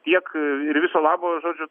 tiek ir viso labo žodžiu